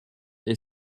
est